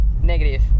Negative